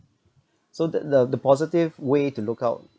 so the the the positive way to look out